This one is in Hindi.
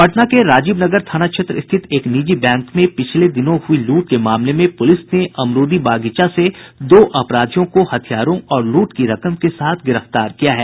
पटना के राजीव नगर थाना क्षेत्र स्थित एक निजी बैंक में पिछले दिनों हुई लूट के मामले में पुलिस ने अमरूदी बगीचा से दो अपराधियों को हथियारों और लूट की रकम के साथ गिरफ्तार किया है